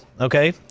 okay